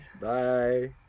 Bye